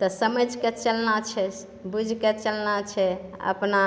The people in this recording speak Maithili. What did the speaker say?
तऽ समझि कऽ चलना छै बुझि कऽ चलना छै अपना